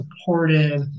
supportive